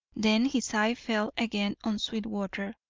then his eye fell again on sweetwater,